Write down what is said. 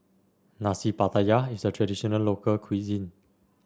Nasi Pattaya is a traditional local cuisine